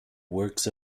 works